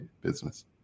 business